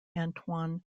antoine